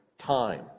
time